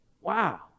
Wow